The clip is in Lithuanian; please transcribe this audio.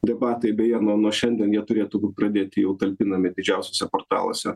debatai beje nuo nuo šiandien jie turėtų būt pradėti jau talpinami didžiausiuose portaluose